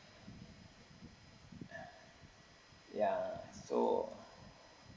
ya so